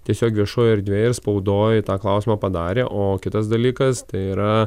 tiesiog viešoj erdvėj ir spaudoj tą klausimą padarė o kitas dalykas tai yra